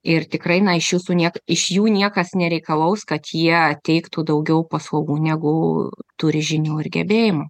ir tikrai na iš jūsų niek iš jų niekas nereikalaus kad šie teiktų daugiau paslaugų negu turi žinių ir gebėjimų